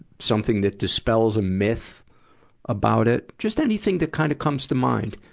something that dispels a myth about it. just anything that kind of comes to mind.